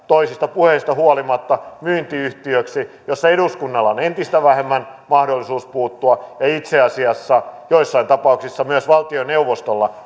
toisista puheista huolimatta myyntiyhtiöksi jossa eduskunnalla on entistä vähemmän mahdollisuus puuttua ja itse asiassa joissain tapauksissa myös valtioneuvostolla